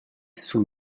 sun